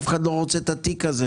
אף אחד לא רוצה את התיק הזה?